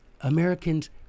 Americans